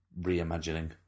reimagining